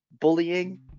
bullying